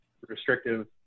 restrictive